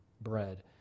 bread